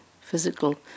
physical